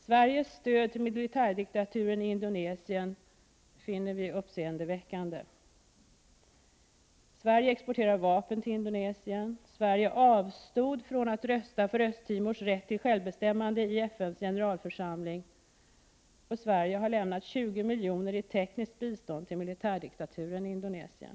Sveriges stöd till militärdiktaturen i Indonesien är mycket uppseendeväckande. Sverige exporterar vapen till Indonesien. Sverige avstod från att rösta för Östtimors rätt till självbestämmande i FN:s generalförsamling. Sverige har också lämnat 20 miljoner i tekniskt bistånd till militärdiktaturen i Indonesien.